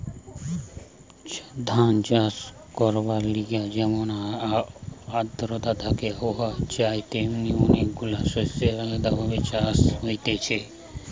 ধান চাষ করবার লিগে যেমন আদ্রতা থাকা আবহাওয়া চাই তেমনি অনেক গুলা শস্যের আলদা ভাবে চাষ হতিছে